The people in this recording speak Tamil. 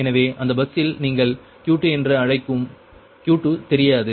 எனவே அந்த பஸ்ஸில் நீங்கள் Q2 என்று அழைக்கும் Q2 தெரியாது